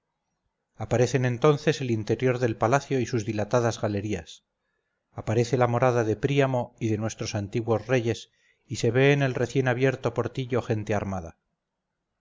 aparecen entonces el interior del palacio y sus dilatadas galerías aparece la morada de príamo y de nuestros antiguos reyes y se ve en el recién abierto portillo gente armada